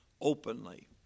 openly